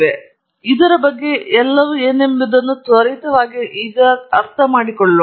ಆದ್ದರಿಂದ ಇದರ ಬಗ್ಗೆ ಎಲ್ಲವೂ ಏನೆಂಬುದನ್ನು ತ್ವರಿತವಾಗಿ ಅರ್ಥಮಾಡಿಕೊಳ್ಳೋಣ